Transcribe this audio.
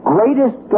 Greatest